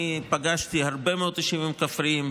אני פגשתי הרבה מאוד יישובים כפריים,